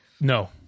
No